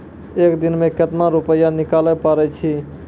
एक दिन मे केतना रुपैया निकाले पारै छी?